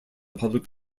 public